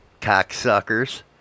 cocksuckers